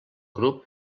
grup